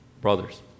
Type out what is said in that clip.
brothers